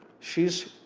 she's.